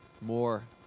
more